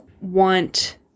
want